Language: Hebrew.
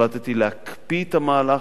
החלטתי להקפיא את המהלך,